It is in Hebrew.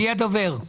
מי הדובר?